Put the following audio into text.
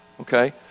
Okay